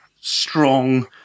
strong